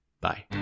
Bye